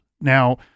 Now